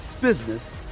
business